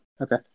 Okay